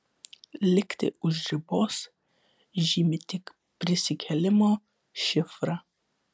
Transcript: likti už ribos žymi tik prisikėlimo šifrą